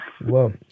Whoa